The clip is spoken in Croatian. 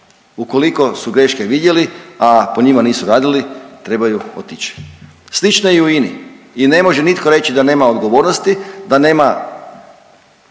Ukoliko su greške vidjeli, a po njima nisu radili trebaju otić. Slično je i u INA-i i ne može nitko reći da nema odgovornosti, da nema